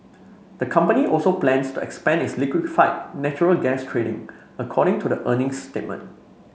the company also plans to expand its liquefied natural gas trading according to the earnings statement